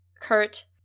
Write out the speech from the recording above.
Kurt